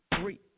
three